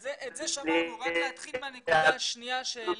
את זה שמענו, רק להתחיל מהנקודה השנייה שהעלית.